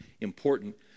important